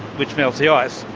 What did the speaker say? which melts the ice.